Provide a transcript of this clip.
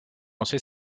lancé